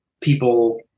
people